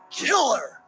killer